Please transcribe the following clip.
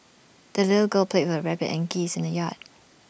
the little girl played with rabbit and geese in the yard